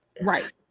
Right